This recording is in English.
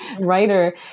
writer